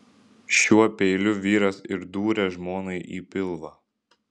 šiuo peiliu vyras ir dūrė žmonai į pilvą